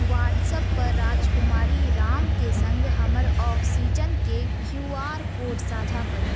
WhatsApp पर राजकुमारी राम के सङ्ग हमर ऑक्सीजन के क्यू आर कोड साझा करू